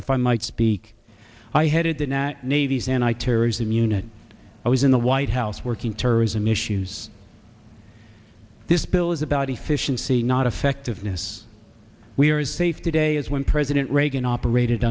if i might speak i headed the not navys and i terrorism unit i was in the white house working terrorism issues this bill is about efficiency not effectiveness we are as safe today as when president reagan operated